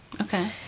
Okay